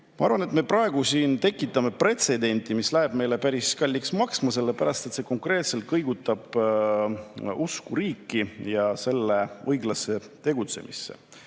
arvan, et me praegu siin tekitame pretsedenti, mis läheb meile päris kalliks maksma, sellepärast et see konkreetselt kõigutab usku riiki ja selle õiglasse tegutsemisse.